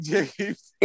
James